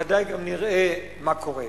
ודאי גם נראה מה קורה.